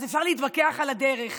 אפשר להתווכח על הדרך.